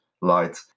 light